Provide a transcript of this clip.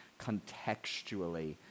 contextually